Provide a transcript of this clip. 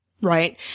Right